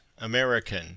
American